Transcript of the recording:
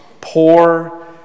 Poor